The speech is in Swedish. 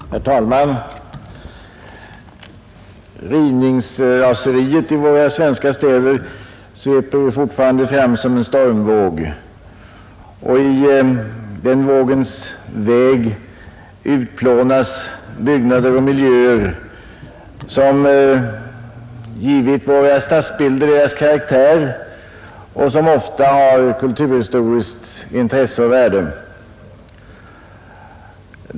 Herr talman! Rivningsraseriet i våra svenska städer sveper fortfarande fram som en stormvåg, och i den vågens väg utplånas byggnader och miljöer, som givit våra stadsbilder deras karaktär och som ofta har kulturhistoriskt intresse och värde.